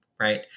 Right